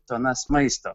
tonas maisto